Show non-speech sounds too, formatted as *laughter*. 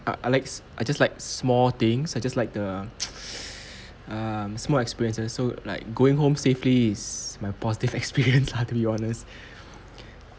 uh I likes I just like small things I just like the *noise* um small experiences so like going home safely is my positive experience lah to be honest